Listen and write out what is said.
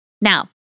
Now